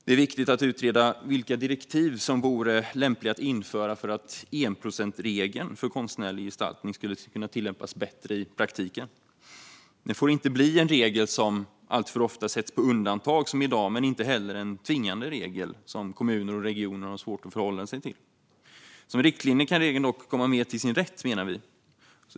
Det är viktigt att utreda vilka direktiv som vore lämpliga att införa för att enprocentsregeln för konstnärlig gestaltning ska kunna tillämpas bättre i praktiken. Den får inte bli en regel som alltför ofta sätts på undantag, som i dag, men inte heller en tvingande regel, som kommuner och regioner har svårt att förhålla sig till. Som riktlinje kan regeln dock komma mer till sin rätt, menar vi.